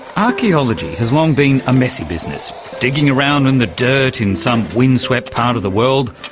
archaeology has long been a messy business, digging around in the dirt in some wind-swept part of the world,